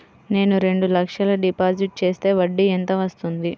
నేను రెండు లక్షల డిపాజిట్ చేస్తే వడ్డీ ఎంత వస్తుంది?